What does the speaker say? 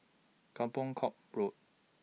Kampong Kapor Road